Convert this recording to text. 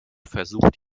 versucht